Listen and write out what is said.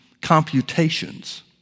computations